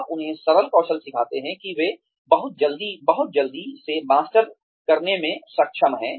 आप उन्हें सरल कौशल सिखाते हैं कि वे बहुत जल्दी बहुत जल्दी से मास्टर करने में सक्षम हैं